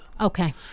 Okay